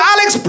Alex